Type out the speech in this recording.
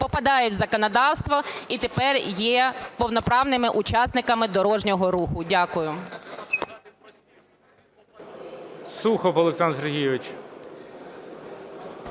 попадають в законодавство і тепер є повноправними учасниками дорожнього руху. Дякую.